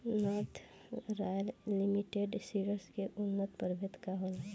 North Royal Limited Seeds के उन्नत प्रभेद का होला?